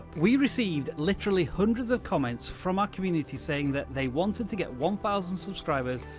we received literally hundreds of comments from our community saying that they wanted to get one thousand subscribers,